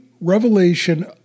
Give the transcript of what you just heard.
revelation